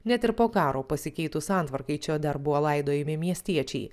net ir po karo pasikeitus santvarkai čia dar buvo laidojami miestiečiai